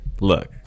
Look